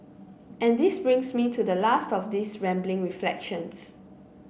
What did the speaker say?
and this brings me to the last of these rambling reflections